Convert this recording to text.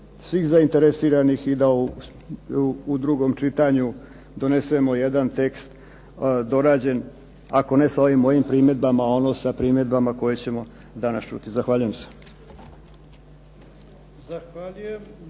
svih zainteresiranih i da u drugom čitanju donesemo jedan tekst dorađen, ako ne sa ovim mojim primjedbama, onda sa primjedbama koje ćemo danas čuti. Zahvaljujem se.